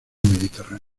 mediterráneo